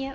ya